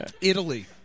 Italy